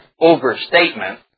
overstatement